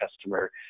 customer